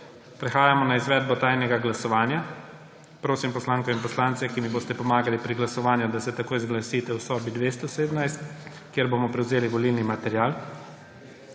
Prehajamo na izvedbo tajnega glasovanja. Prosim poslanke in poslance, ki mi boste pomagali pri glasovanju, da se takoj zglasite v sobi 217, kjer bomo prevzeli volilni material.